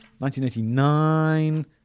1989